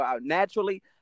naturally